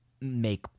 make